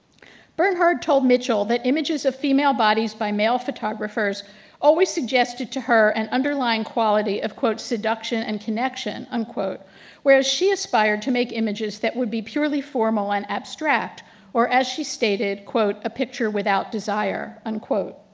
bernhard told mitchell that images of female bodies by male photographers always suggested to her an underlying quality of seduction and connection. um where as, she aspired to make images that would be purely formal and abstract or as she stated a picture without desire. and